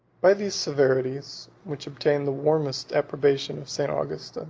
by these severities, which obtained the warmest approbation of st. augustin,